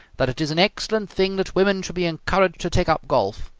that it is an excellent thing that women should be encouraged to take up golf.